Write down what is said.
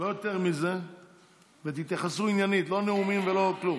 ביטחון ובטיחות לפני הכול.